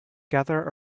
gather